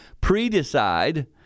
pre-decide